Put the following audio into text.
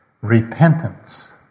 repentance